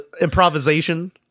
improvisation